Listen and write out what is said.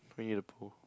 Winnie-the-Pooh